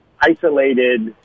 isolated